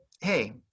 hey